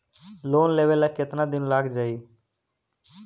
Loan लेबे ला कितना दिन लाग जाई?